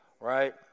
Right